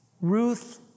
Ruth